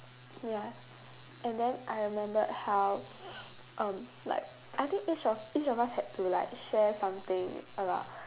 ya and then I remembered how um like I think each of each of us had to like share something about